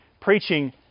preaching